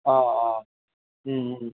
অঁ অঁ